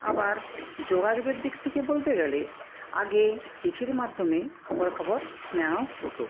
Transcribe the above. আবার যোগাযোগের দিক থেকে বলতে গেলে আগে চিঠির মাধ্যমে খবরাখবর নেওয়া হতো